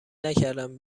نکردم